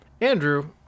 Andrew